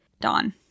Dawn